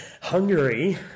Hungary